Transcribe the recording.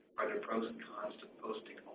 are there pros and cons to posting